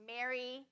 Mary